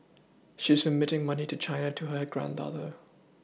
she's remitting money to China to her granddaughter